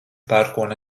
pērkona